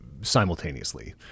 simultaneously